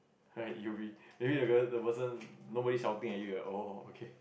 right it will be really a person nobody shouting at you oh okay